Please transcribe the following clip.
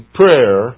prayer